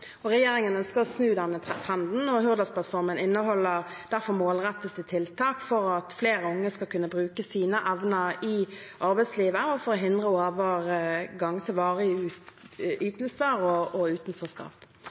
Regjeringen ønsker å snu denne trenden, og Hurdalsplattformen inneholder derfor målrettede tiltak for at flere unge skal kunne bruke sine evner i arbeidslivet og for å hindre overgang til varige ytelser og